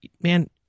man